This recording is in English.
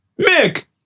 Mick